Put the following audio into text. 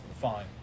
Fine